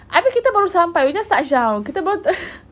habis kita baru sampai we just touched down kita baru ter~